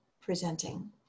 presenting